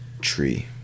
tree